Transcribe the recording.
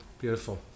Beautiful